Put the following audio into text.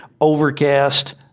overcast